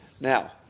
Now